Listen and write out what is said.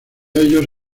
ellos